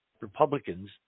Republicans